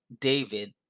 David